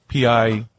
PI